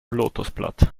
lotosblatt